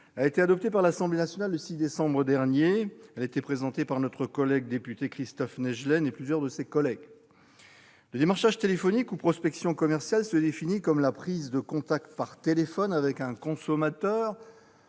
a été adoptée par l'Assemblée nationale le 6 décembre dernier. Elle était présentée par notre collègue député Christophe Naegelen et plusieurs de ses collègues. Le démarchage téléphonique, ou prospection commerciale, se définit comme la prise de contact par téléphone avec un consommateur